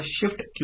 SH Shift